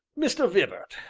mr. vibart,